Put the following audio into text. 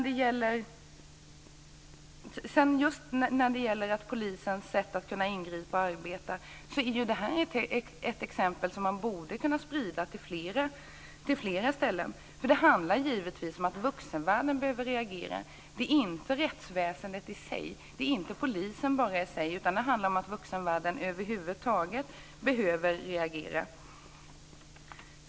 Det här exemplet på polisens sätt att ingripa och arbeta borde man kunna sprida till flera ställen. Det handlar givetvis om att vuxenvärlden behöver reagera. Det är inte rättsväsendet i sig eller polisen i sig som ska reagera, utan det handlar om att vuxenvärlden över huvud taget behöver reagera.